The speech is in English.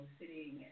sitting